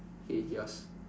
K yours